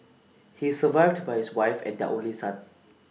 he is survived by his wife and their only son